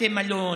בתי מלון,